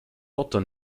dotter